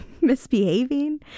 misbehaving